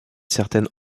certaine